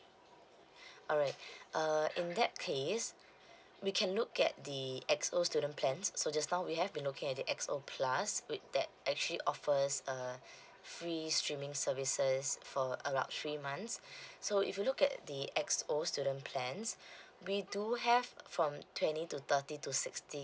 alright uh in that case we can look at the X_O student plans so just now we have been looking at the X_O plus with that actually offers a free streaming services for about three months so if you look at the X_O student plans we do have from twenty to thirty to sixty